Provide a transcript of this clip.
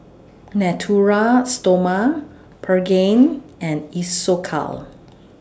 Natura Stoma Pregain and Isocal